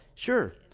Sure